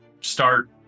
start